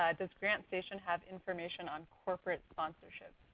ah does grantstation have information on corporate sponsorships?